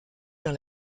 dans